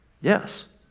Yes